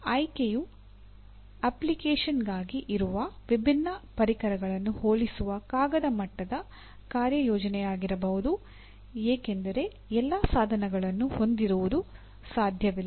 ಆಯ್ಕೆಯು ಅಪ್ಲಿಕೇಶನ್ಗಾಗಿ ಇರುವ ವಿಭಿನ್ನ ಪರಿಕರಗಳನ್ನು ಹೋಲಿಸುವ ಕಾಗದ ಮಟ್ಟದ ಕಾರ್ಯಯೋಜನೆಯಾಗಿರಬಹುದು ಏಕೆಂದರೆ ಎಲ್ಲಾ ಸಾಧನಗಳನ್ನು ಹೊಂದಿರುವುದು ಸಾಧ್ಯವಿಲ್ಲ